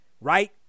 right